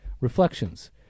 Reflections